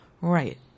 right